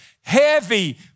heavy